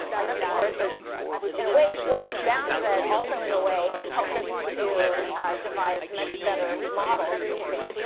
and this, of course, has in a way slowed us down, but also in a way helped us to devise much better models, we think,